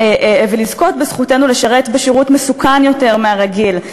זכותנו לשרת בשירות מסוכן יותר מהרגיל.